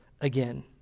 again